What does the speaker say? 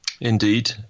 Indeed